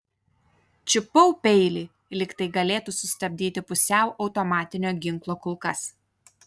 čiupau peilį lyg tai galėtų sustabdyti pusiau automatinio ginklo kulkas